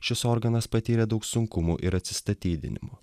šis organas patyrė daug sunkumų ir atsistatydinimų